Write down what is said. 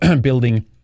building